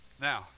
Now